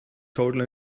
total